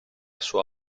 sua